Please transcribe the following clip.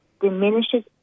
diminishes